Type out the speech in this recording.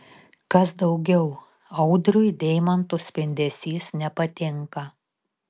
kas daugiau audriui deimantų spindesys nepatinka